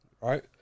right